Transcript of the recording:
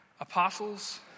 apostles